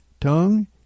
tongue